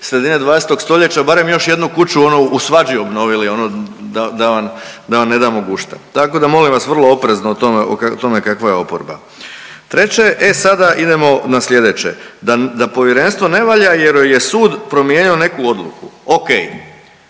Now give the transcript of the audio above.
sredine 20. stoljeća barem još jednu kuću ono u svađi obnovili ono da vam ne damo gušta. Tako da molim vas vrlo oprezno o tome kakva je oporba. Treće, e sada idemo na sljedeće, da povjerenstvo ne valja jer joj je sud promijenio neku odluku. Ok,